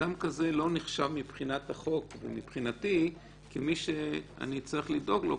אדם כזה לא נחשב מבחינת החוק או מבחינתי כמי שאני צריך לדאוג לו,